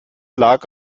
lag